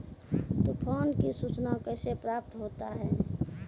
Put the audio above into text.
तुफान की सुचना कैसे प्राप्त होता हैं?